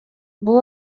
бул